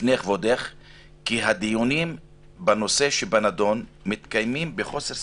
בפני כבודך כי הדיונים בנושא שבנדון מתקיימים בחוסר סמכות,